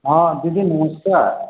ହଁ ଦିଦି ନମସ୍କାର